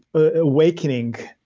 awakening.